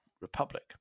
Republic